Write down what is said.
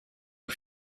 aux